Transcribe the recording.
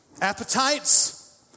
Appetites